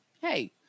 hey